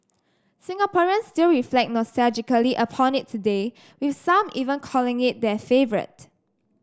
Singaporeans still reflect nostalgically upon it today with some even calling it their favourite